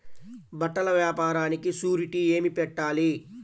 బట్టల వ్యాపారానికి షూరిటీ ఏమి పెట్టాలి?